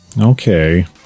okay